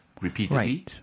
repeatedly